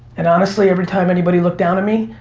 and honestly, every time anybody looked down at me,